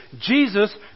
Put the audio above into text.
Jesus